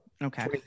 Okay